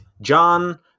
John